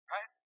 Right